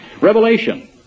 Revelation